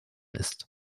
ist